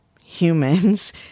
humans